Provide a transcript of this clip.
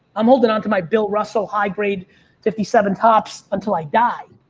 i'm holding onto my bill russell high-grade fifty seven topps until i die.